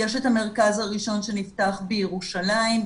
יש את המרכז הראשון שנפתח בירושלים,